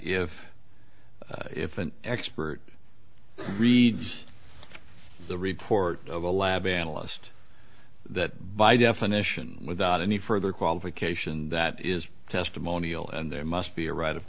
if if an expert reads the report of a lab analyst that by definition without any further qualification that is testimonial and there must be a ri